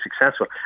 successful